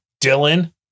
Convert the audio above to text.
Dylan